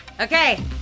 Okay